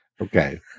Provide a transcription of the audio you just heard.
Okay